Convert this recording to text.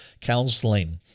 counseling